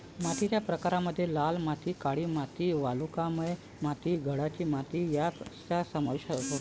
मातीच्या प्रकारांमध्ये लाल माती, काळी माती, वालुकामय माती, गाळाची माती यांचा समावेश होतो